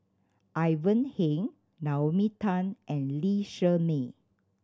Ivan Heng Naomi Tan and Lee Shermay